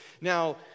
Now